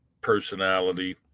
personality